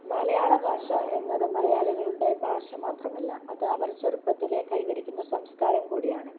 മലയാളഭാഷ എന്നത് മലയാളികളുടെ ഭാഷ മാത്രമല്ല അത് അവർ ചെറുപ്പത്തിലേ കൈവരിക്കുന്ന സംസ്കാരം കൂടിയാണ്